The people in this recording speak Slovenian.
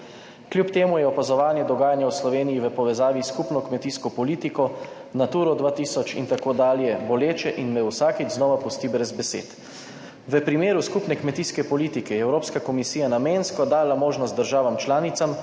Kljub temu je opazovanje dogajanja v Sloveniji v povezavi s skupno kmetijsko politiko, Naturo 2000 in tako dalje boleče in me vsakič znova pusti brez besed. V primeru skupne kmetijske politike je Evropska komisija namensko dala možnost državam članicam,